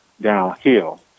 downhill